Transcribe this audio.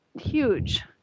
huge